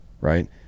right